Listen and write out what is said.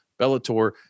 Bellator